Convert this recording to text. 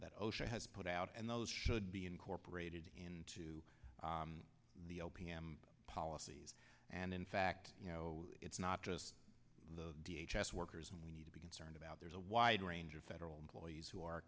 that osha has put out and those should be incorporated into the o p m policies and in fact you know it's not just the d h s s workers we need to be concerned about there's a wide range of federal employees who are